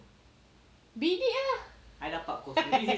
beat it ah